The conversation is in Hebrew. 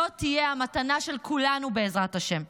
זו תהיה המתנה של כולנו, בעזרת השם.